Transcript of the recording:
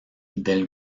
del